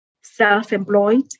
self-employed